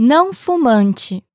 Não-fumante